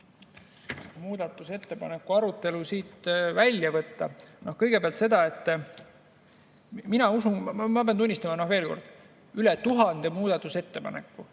muudatusettepaneku arutelu välja võtta. Kõigepealt seda, et ma pean tunnistama, veel kord, üle 1000 muudatusettepaneku